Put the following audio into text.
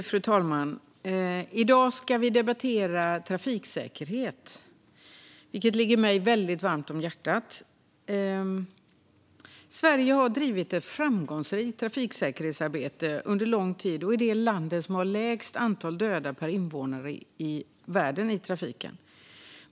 Fru talman! I dag ska vi debattera trafiksäkerhet, som ligger mig väldigt varmt om hjärtat. Sverige har drivit ett framgångsrikt trafiksäkerhetsarbete under lång tid och är det land i världen som har lägst antal döda i trafiken per invånare.